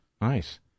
nice